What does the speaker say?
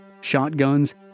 shotguns